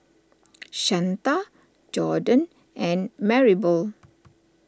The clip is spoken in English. Shanta Jordon and Maribel